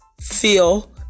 feel